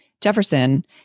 Jefferson